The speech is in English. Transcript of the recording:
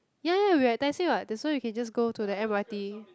ya ya we were at Tai-Seng what that's why we can just go to the m_r_t